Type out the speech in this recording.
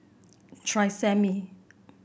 tresemme